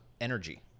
energy